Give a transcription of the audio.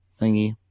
thingy